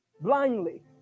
blindly